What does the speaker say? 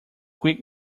quick